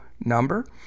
number